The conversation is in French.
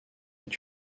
est